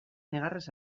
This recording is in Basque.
negarrez